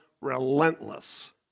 relentless